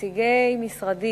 נציגי משרדי